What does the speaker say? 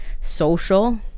Social